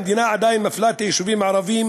המדינה עדיין מפלה את היישובים הערביים